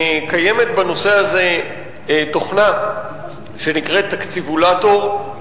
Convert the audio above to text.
קיימת בנושא הזה תוכנה שנקראת "תקציבולטור",